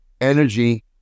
energy